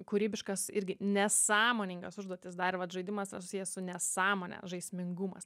kūrybiškas irgi nesąmoningas užduotis dar vat žaidimas tas susijęs su nesąmone žaismingumas